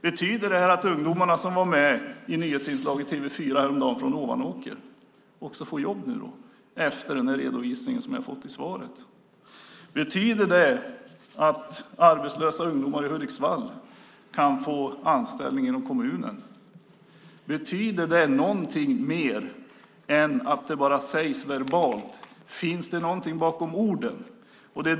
Betyder det här att de ungdomar från Ovanåker som var med i ett nyhetsinslag i TV 4 häromdagen också får jobb nu, efter den här redovisningen som jag har fått i svaret? Betyder det att arbetslösa ungdomar i Hudiksvall kan få anställning inom kommunen? Betyder det någonting mer än att det bara sägs? Finns det någonting bakom orden?